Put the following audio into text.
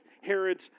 Herod's